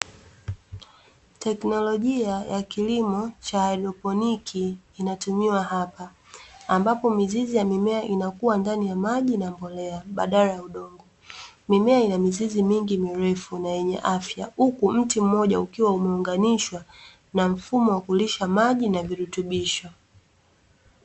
Teknolojia ya kilimo cha (Hydroponiki) inatumiwa hapa, ambapo mizizi ya mimea inakuwa ndani ya maji na mbolea badala ya udongo. Mimea ina mizizi mingi mirefu na yenye afya huku mti mmoja ukiwa umeunganishwa na mfumo wa kulisha maji na virutubisho.